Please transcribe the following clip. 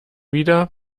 wieder